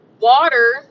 Water